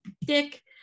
Dick